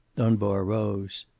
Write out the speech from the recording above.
dunbar rose.